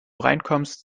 reinkommst